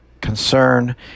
concern